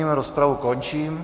Rozpravu končím.